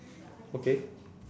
okay